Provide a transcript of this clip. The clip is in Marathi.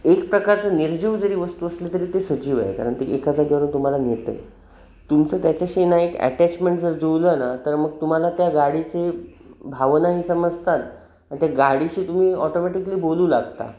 एक प्रकारचं निर्जीव जरी वस्तू असली तरी ते सजीव आहे कारण ते एका जागेवरून तुम्हाला नेत आहे तुमचं त्याच्याशी नाही ॲटॅचमेंट जर जुळलं ना तर मग तुम्हाला त्या गाडीची भावनाही समजतात अन त्या गाडीशी तुम्ही ऑटोमॅटिकली बोलू लागता